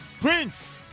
prince